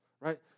right